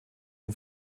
und